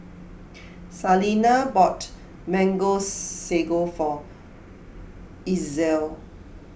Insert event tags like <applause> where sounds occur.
<noise> Salina bought Mango Sago for Ezell